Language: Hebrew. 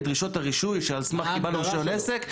את דרישות הרישוי שעל סמך זה קיבלנו רישיון עסק?